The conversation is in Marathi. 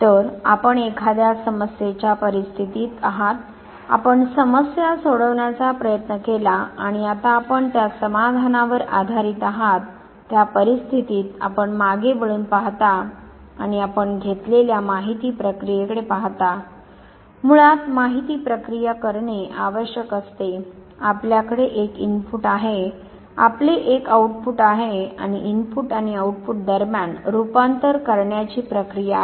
तर आपण एखाद्या समस्ये च्या परिस्थितीत आहात आपण समस्या सोडवण्याचा प्रयत्न केला आणि आता आपण त्या समाधानावर आधारीत आहात त्या परिस्थितीत आपण मागे वळून पाहता आणि आपण घेतलेल्या माहिती प्रक्रिये कडे पाहता मुळात माहिती प्रक्रिया करणे आवश्यक असते आपल्याकडे एक इनपुट आहे आपले एक आउटपुट आहे आणि इनपुट आणि आउटपुट दरम्यान रूपांतर करण्याची प्रक्रिया आहे